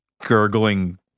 gurgling